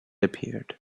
appeared